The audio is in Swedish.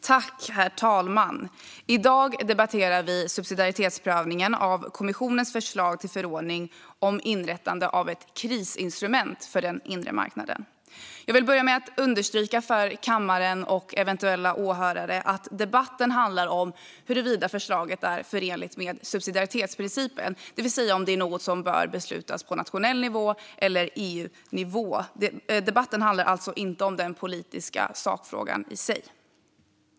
Herr talman! I dag debatterar vi subsidiaritetsprövningen av kommissionens förslag till förordning om inrättande av ett krisinstrument för den inre marknaden. Jag vill börja med att understryka för kammaren och eventuella åhörare att debatten handlar om huruvida förslaget är förenligt med subsidiaritetsprincipen, det vill säga om det är något som bör beslutas på nationell nivå eller på EU-nivå. Debatten handlar alltså inte om den politiska sakfrågan i sig.